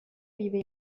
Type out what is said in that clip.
vive